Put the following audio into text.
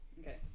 okay